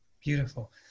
Beautiful